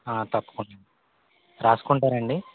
తప్పకుండా రాసుకుంటారా అండి